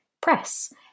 Press